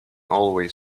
always